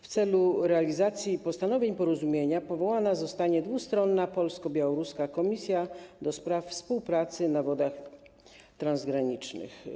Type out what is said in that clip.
W celu realizacji postanowień porozumienia powołana zostanie dwustronna polsko-białoruska komisja do spraw współpracy na wodach transgranicznych.